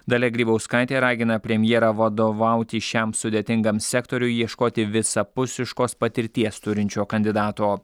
dalia grybauskaitė ragina premjerą vadovauti šiam sudėtingam sektoriui ieškoti visapusiškos patirties turinčio kandidato